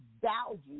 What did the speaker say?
value